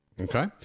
Okay